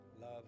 love